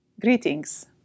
Greetings